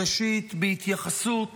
ראשית, בהתייחסות